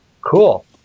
Cool